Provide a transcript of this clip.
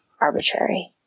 arbitrary